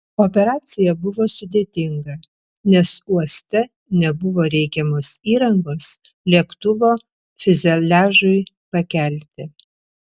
operacija buvo sudėtinga nes uoste nebuvo reikiamos įrangos lėktuvo fiuzeliažui pakelti